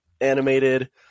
animated